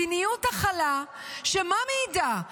מדיניות שמה מעידה?